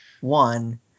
one